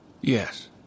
Yes